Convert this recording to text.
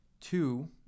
two